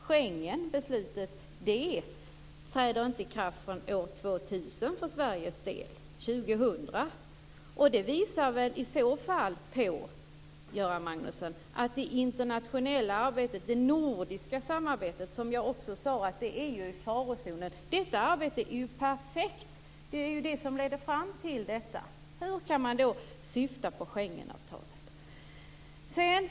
Schengenbeslutet träder inte i kraft förrän år 2000 för Sveriges del. Det visar väl i så fall, Göran Magnusson, att det internationella arbetet, det nordiska samarbetet - som jag sade är i farozonen - är perfekt. Det var ju det som ledde fram till gripandet. Hur kan man då syfta på Schengenavtalet?